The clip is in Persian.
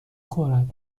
خورد